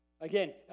Again